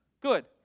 Good